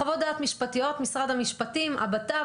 חוות דעת משפטיות שמשרד המשפטים והבט"פ